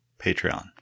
Patreon